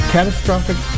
Catastrophic